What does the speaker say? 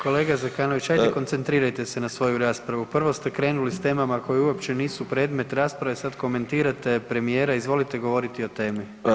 Kolega Zekanović, ajde koncentrirajte se na svoju raspravu, prvo ste krenuli s temama koje uopće nisu predmet rasprave, sad komentirate premijera, izvolite govoriti o temi.